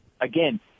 Again